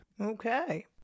okay